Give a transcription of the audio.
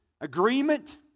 agreement